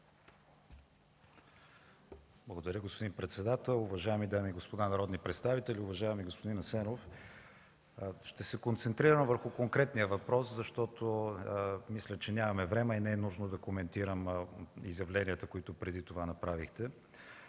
Благодаря, господин председател. Уважаеми дами и господа народни представители! Уважаеми господин Асенов, ще се концентрирам върху конкретния въпрос, защото мисля, че нямаме време и не е нужно да коментирам изявленията, които направихте